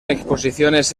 exposiciones